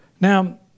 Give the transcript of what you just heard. Now